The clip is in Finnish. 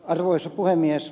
arvoisa puhemies